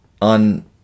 on